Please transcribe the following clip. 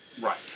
Right